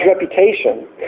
reputation